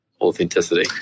authenticity